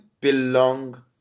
belong